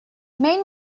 mayne